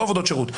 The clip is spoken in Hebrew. לא עבודות שירות.